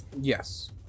Yes